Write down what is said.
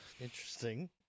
Interesting